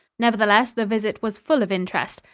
nevertheless, the visit was full of interest.